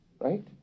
right